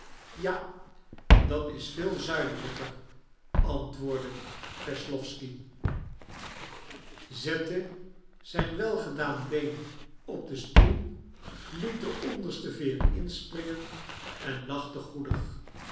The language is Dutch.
ja dat is veel zuidelijker antwoordde wesslowsky zette zijn welgedaan been op den stoel liet de onderste veer inspringen en lachte goedig